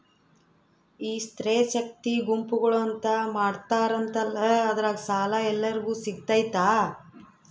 ಈ ಸ್ತ್ರೇ ಶಕ್ತಿ ಗುಂಪುಗಳು ಅಂತ ಮಾಡಿರ್ತಾರಂತಲ ಅದ್ರಾಗ ಸಾಲ ಎಲ್ಲರಿಗೂ ಸಿಗತೈತಾ?